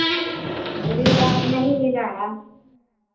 अब ई बार नहीं मिला है